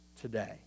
today